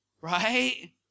Right